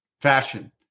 fashion